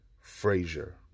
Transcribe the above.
Frazier